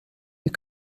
wir